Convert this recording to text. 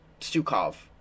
Stukov